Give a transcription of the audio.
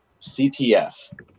CTF